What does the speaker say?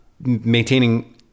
maintaining